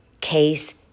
case